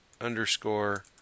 underscore